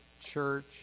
church